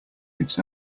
its